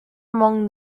among